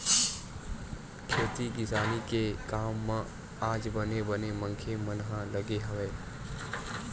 खेती किसानी के काम म आज बने बने मनखे मन ह लगे हवय